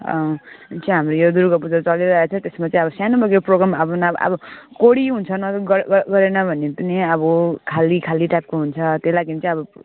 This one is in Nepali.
जुन चाहिँ हाम्रो यो दुर्गा पूजा चलिरहेको थियो त्यसमा चाहिँ अब सानोबडे प्रोग्राम अब नभए अब कोढी हुन्छन् अरू ग ग गरेन भने पनि अब खाली खाली टाइपको हुन्छ त्यही लागि चाहिँ अब